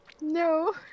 No